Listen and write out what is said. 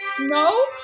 No